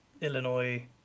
Illinois